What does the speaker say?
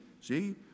See